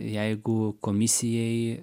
jeigu komisijai